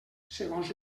segons